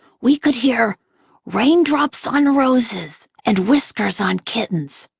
we could hear raindrops on roses and whiskers on kittens.